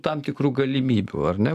tam tikrų galimybių ar ne